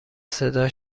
صدا